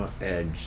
edge